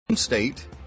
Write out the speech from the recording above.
state